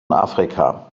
afrika